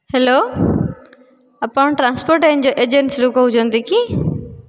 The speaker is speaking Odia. ହ୍ୟାଲୋ ଆପଣ ଟ୍ରାନ୍ସପୋର୍ଟ୍ ଏଜେନ୍ସିରୁ କହୁଛନ୍ତି କି